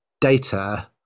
data